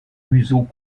museau